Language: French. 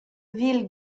villes